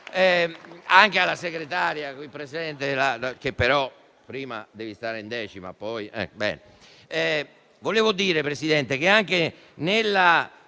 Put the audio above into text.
Grazie